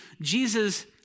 Jesus